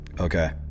Okay